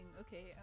Okay